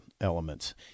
elements